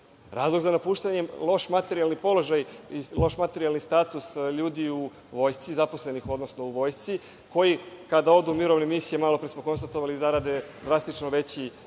Razlog za napuštanje – loš materijalni položaj i loš materijalni status ljudi u vojsci, odnosno zaposlenih u vojsci koji kada odu u mirovne misije, malopre smo konstatovali, zarade drastično veći